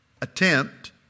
attempt